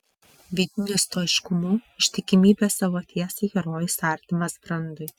vidiniu stoiškumu ištikimybe savo tiesai herojus artimas brandui